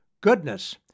Goodness